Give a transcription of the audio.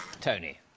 Tony